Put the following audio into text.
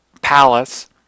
palace